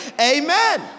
amen